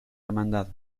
hermandad